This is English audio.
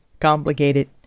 complicated